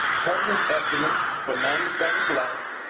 prevalence estimates but non-hispanic blacks,